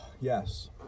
Yes